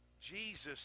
Jesus